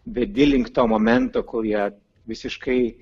vedi link to momento kol jie visiškai